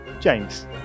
James